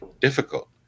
difficult